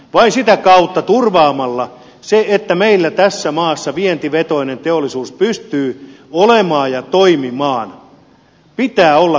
vain sitä kautta turvaamalla se että meillä tässä maassa vientivetoinen teollisuus pystyy olemaan ja toimimaan sen pitää olla keskiössä